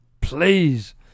Please